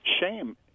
shame